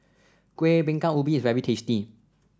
Kueh Bingka Ubi is very tasty